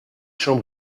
champs